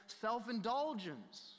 self-indulgence